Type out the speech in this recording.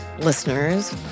listeners